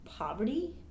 poverty